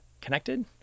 connected